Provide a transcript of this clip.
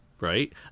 Right